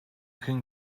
can